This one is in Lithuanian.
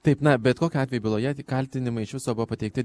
taip na bet kokiu atveju byloje kaltinimai iš viso buvo pateikti